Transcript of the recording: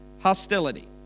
hostility